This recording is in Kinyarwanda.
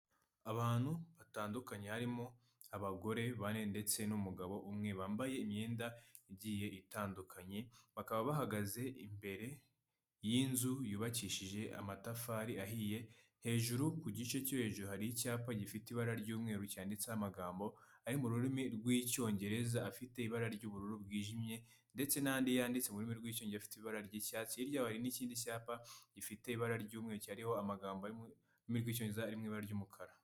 Ahantu batandukanye harimo abagore bane ndetse n'umugabo umwe bambaye imyenda igiye itandukanye, bakaba bahagaze imbere y'inzu yubakishije amatafari ahiye hejuru ku gice cyo hejuru hari icyapa gifite ibara ry'umweru cyanditseho amagambo ari mu rurimi rw'icyongereza afite ibara ry'ubururu bwijimye, detse n'andi yanditse rurimi rw'icyongereza afite ibara ry'icyatsi, hirya y'aho hari ikindi cyapa gifite ibara ry'umweru hariho amagambo ari mu rurimi rw'icyongereza ari mu ibara ry'umukara.